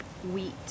wheat